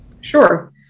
Sure